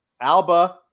Alba